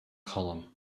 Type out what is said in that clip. column